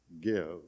give